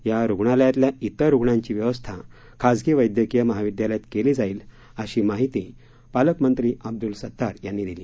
या रुग्णालयातल्या इतर रुग्णांची व्यवस्था खासगी वैद्यकीय महाविद्यालयात केली जाईल अशी माहिती पालकमंत्री अब्दल सतार यांनी दिली